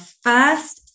first